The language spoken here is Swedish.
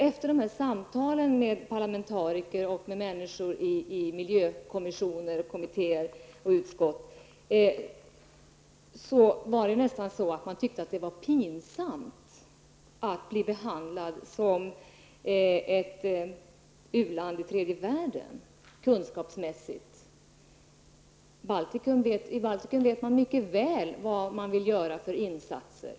Efter samtal med parlamentariker, med människor i miljökommissioner, kommittéer och utskott tyckte man nästan att det var pinsamt att kunskapsmässigt bli behandlad som ett u-land i tredje världen. I Baltikum vet man mycket väl vad man vill göra för insatser.